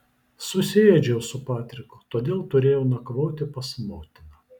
susiėdžiau su patriku todėl turėjau nakvoti pas motiną